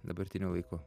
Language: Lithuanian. dabartiniu laiku